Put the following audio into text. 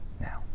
now